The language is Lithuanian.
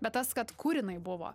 bet tas kad kur jinai buvo